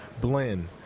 blend